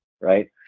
right